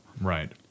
Right